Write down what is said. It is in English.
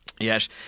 Yes